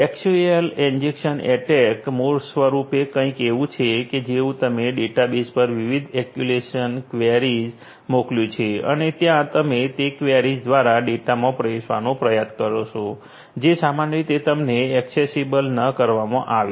SQL injection attack મૂળરૂપે કંઈક એવું છે કે જેવું તમે ડેટાબેસ પર વિવિધ એસક્યુએલ ક્વેરીઝ મોકલ્યું છે અને ત્યાં તમે તે ક્વેરીઝ દ્વારા ડેટામાં પ્રવેશવાનો પ્રયાસ કરો છો જે સામાન્ય રીતે તમને એકસેસીબલ ન કરવામાં આવે